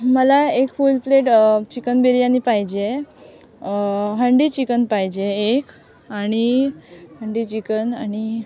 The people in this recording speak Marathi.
मला एक फुल प्लेट चिकन बिर्याणी पाहिजे हंडी चिकन पाहिजे एक आणि हंडी चिकन आणि